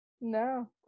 No